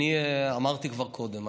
אני אמרתי כבר קודם,